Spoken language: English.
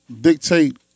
dictate